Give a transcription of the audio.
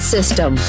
System